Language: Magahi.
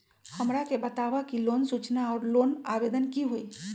हमरा के बताव कि लोन सूचना और लोन आवेदन की होई?